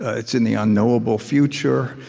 it's in the unknowable future.